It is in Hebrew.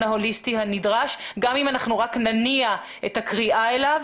ההוליסטי הנדרש גם אם אנחנו רק נניע את הקריאה אליו.